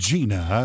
Gina